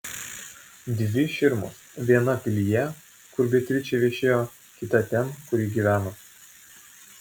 dvi širmos viena pilyje kur beatričė viešėjo kita ten kur ji gyveno